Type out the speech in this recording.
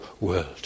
world